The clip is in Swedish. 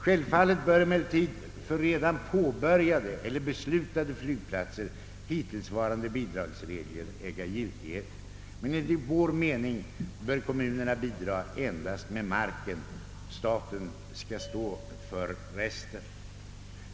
Självfallet bör emellertid för redan påbörjade eller beslutade flygplatser hittillsvarande bidragsregler äga giltighet, men enligt vår mening bör kommunerna bidra endast med marken, Staten bör stå för resten.